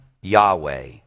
Yahweh